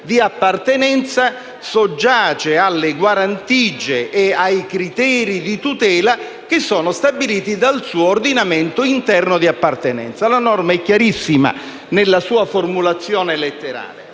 di appartenenza soggiace alle guarentigie e ai criteri di tutela stabiliti dall'ordinamento interno di appartenenza. La norma è chiarissima nella sua formulazione letterale.